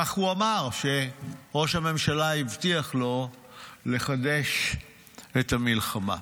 כך הוא אמר, שראש הממשלה הבטיח לו לחדש את המלחמה.